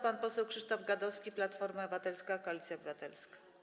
Pan poseł Krzysztof Gadowski, Platforma Obywatelska - Koalicja Obywatelska.